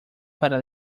para